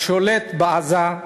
השולט בעזה: